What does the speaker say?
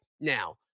now